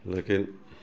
لیکن